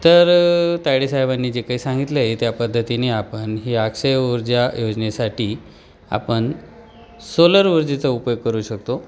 तर तायडेसाहेबांनी जे काही सांगितलं आहे त्या पद्धतीने आपण ही अक्षय ऊर्जा योजनेसाठी आपण सोलर ऊर्जेचा उपयोग करू शकतो